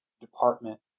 department